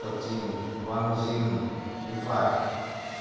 ꯀꯛꯆꯤꯡ ꯋꯥꯡꯖꯤꯡ ꯏꯝꯐꯥꯜ